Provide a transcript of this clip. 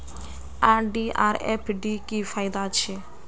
RD or FD की फ़ायदा छे?